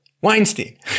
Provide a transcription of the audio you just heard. Weinstein